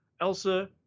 Elsa